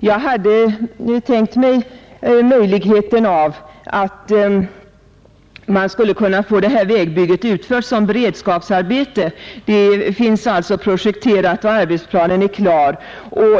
Jag hade tänkt mig möjligheten av att få detta vägbygge utfört som beredskapsarbete. Det finns ju redan projekterat, och arbetsplanen är klar.